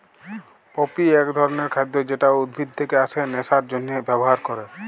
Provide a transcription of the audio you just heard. poppy এক ধরণের খাদ্য যেটা উদ্ভিদ থেকে আসে নেশার জন্হে ব্যবহার ক্যরে